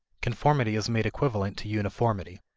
conformity is made equivalent to uniformity.